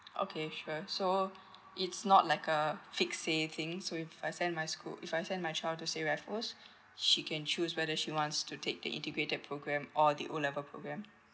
okay sure so it's not like a fixed things so if I send my school if I send my child to say raffles she can choose whether she wants to take the integrated program or the O level program